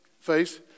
face